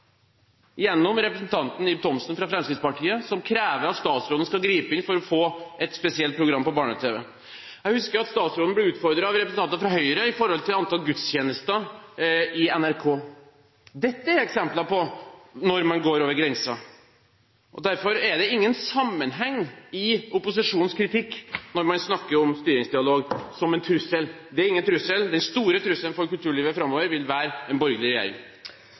representanten Ib Thomsen fra Fremskrittspartiet, og man krevde at statsråden skulle gripe inn for å få et spesielt program på barne-tv. Jeg husker at statsråden ble utfordret av representanter fra Høyre om antall gudstjenester i NRK. Dette er eksempler på at man går over grensen. Derfor er det ingen sammenheng i opposisjonens kritikk når man snakker om styringsdialog som en trussel. Det er ingen trussel, den store trusselen for kulturlivet framover vil være en borgerlig regjering.